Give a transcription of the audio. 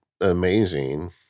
amazing